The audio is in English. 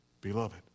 Beloved